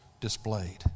displayed